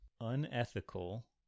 unethical